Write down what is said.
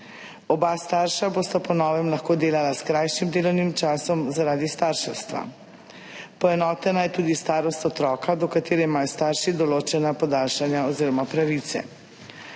Oba starša bosta po novem lahko delala s krajšim delovnim časom zaradi starševstva. Poenotena je tudi starost otroka, do katere imajo starši določena podaljšanja oziroma pravice.